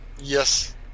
Yes